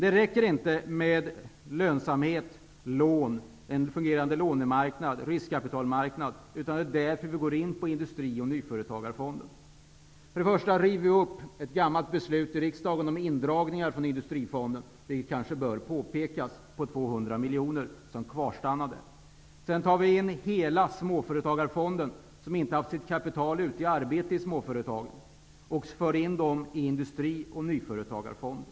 Det räcker emellertid inte med lönsamhet och en fungerande låne och riskkapitalmarknad. Det är därför vi går in på Industri och nyföretagarfonden. Vi river upp ett gammalt beslut i riksdagen om indragningar från Industrifonden, vilket kanske bör påpekas, på 200 miljoner som kvarstannade. Sedan drar vi in hela Småföretagarfonden, som inte har haft sitt kapital ute i arbete i småföretagen. Vi för in kapitalet i Industri och nyföretagarfonden.